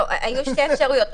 היו שתי אפשרויות.